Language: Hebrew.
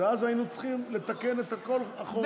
ואז היינו צריכים לתקן את הכול אחורנית,